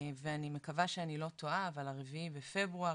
ואני מקווה שאני לא טועה אבל ה-4 בפברואר,